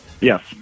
Yes